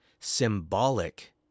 symbolic